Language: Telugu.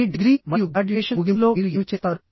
మీ డిగ్రీ మరియు గ్రాడ్యుయేషన్ ముగింపులో మీరు ఏమి చేస్తారు